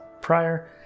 prior